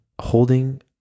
holding